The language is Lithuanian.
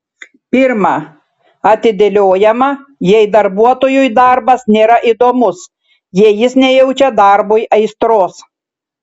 pirma atidėliojama jei darbuotojui darbas nėra įdomus jei jis nejaučia darbui aistros